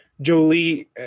Jolie